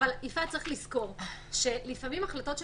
צריך לזכור שלפעמים החלטות שמתקבלות,